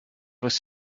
was